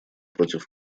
против